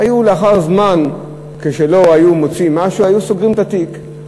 ולאחר זמן, כשלא מוצאים משהו, סוגרים את התיק.